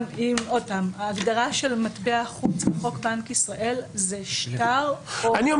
עוד פעם: ההגדרה של "מטבע חוץ" בחוק בנק ישראל זה שטר או --- בואו